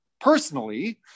Personally